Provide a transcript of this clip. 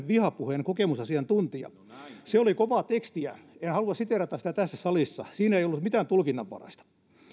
vihapuheen kokemusasiantuntija se oli kovaa tekstiä en halua siteerata sitä tässä salissa siinä ei ollut mitään tulkinnanvaraista